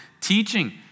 teaching